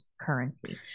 currency